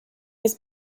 was